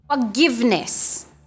Forgiveness